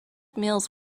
mills